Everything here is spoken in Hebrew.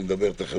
ותיכף,